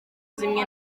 zimwe